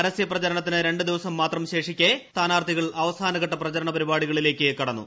പരസ്യ പ്രചരണത്തിന് രണ്ട് ദിവസം മാത്രം ശേഷിക്കേ സ്ഥാനാർത്ഥികൾ അവസാനഘട്ട പ്രചരണ പരിപാടികളിലേക്ക് കടന്നു